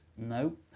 No